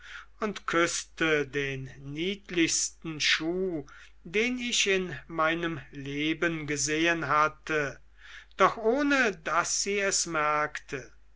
und küßte den niedlichsten schuh den ich in meinem leben gesehen hatte doch ohne daß sie es merkte